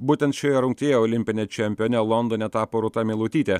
būtent šioje rungtyje olimpine čempione londone tapo rūta meilutytė